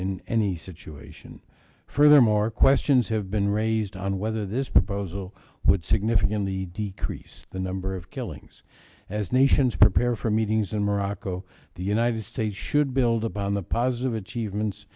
in any situation further more questions have been raised on whether this proposal would significantly decrease the number of killings as nations prepare for meetings in morocco the united states should build upon the positive